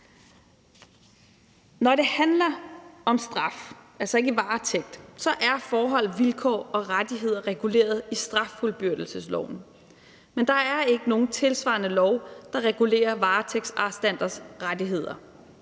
Når det handler om straf, altså ikke varetægt, så er forhold, vilkår og rettigheder reguleret i straffuldbyrdelsesloven, men der er ikke nogen tilsvarende lov, der regulerer varetægtsarrestanters rettigheder.